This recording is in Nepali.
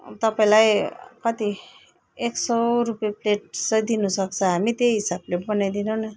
तपाईँलाई कति एक सौ रुपियाँ प्लेट चाहिँ दिनु सक्छ हामी त्यही हिसाबले बनाइदिनु न